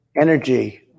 energy